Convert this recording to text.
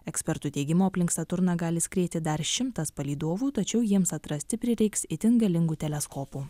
ekspertų teigimu aplink saturną gali skrieti dar šimtas palydovų tačiau jiems atrasti prireiks itin galingų teleskopų